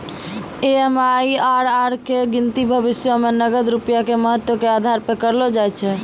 MIRR के गिनती भविष्यो मे नगद रूपया के महत्व के आधार पे करलो जाय छै